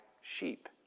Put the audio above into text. sheep